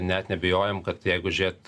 net neabejojam kad jeigu žiūrėt